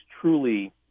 truly